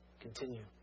continue